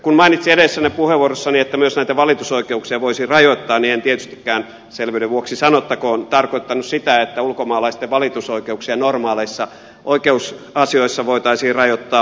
kun mainitsin edellisessä puheenvuorossani että myös näitä valitusoikeuksia voisi rajoittaa niin en tietystikään selvyyden vuoksi sanottakoon tarkoittanut sitä että ulkomaalaisten valitusoikeuksia normaaleissa oikeusasioissa voitaisiin rajoittaa